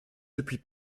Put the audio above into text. depuis